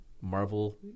Marvel